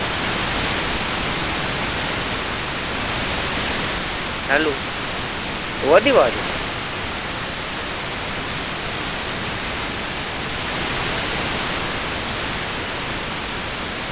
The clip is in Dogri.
हैलो आवा दी वाज़